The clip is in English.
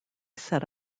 set